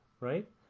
right